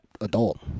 adult